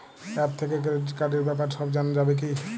App থেকে credit কার্ডর ব্যাপারে সব জানা যাবে কি?